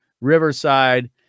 Riverside